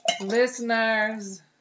listeners